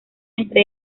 entre